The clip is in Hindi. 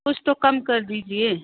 कुछ तो कम कर दीजिए